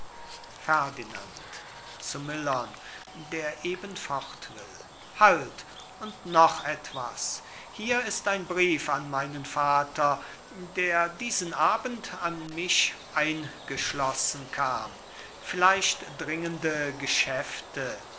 will halt und noch etwas hier ist ein brief an meinen vater der diesen abend an mich eingeschlossen kam vielleicht dringende geschäfte es